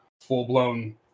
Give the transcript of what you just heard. full-blown